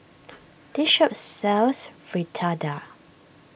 this shop sells Fritada